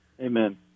Amen